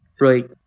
right